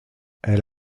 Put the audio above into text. elle